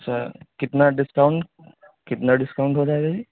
سر کتنا ڈسکاؤنٹ کتنا ڈسکاؤنٹ ہو جائے گا جی